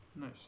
Nice